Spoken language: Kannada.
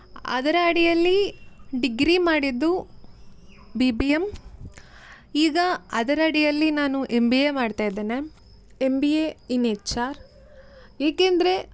ಅದರ ಅಡಿಯಲ್ಲಿ ಡಿಗ್ರಿ ಮಾಡಿದ್ದು ಬಿ ಬಿ ಎಮ್ ಈಗ ಅದರಡಿಯಲ್ಲಿ ನಾನು ಎಮ್ ಬಿ ಎ ಮಾಡ್ತಿದ್ದೇನೆ M B A in H R ಏಕೆಂದರೆ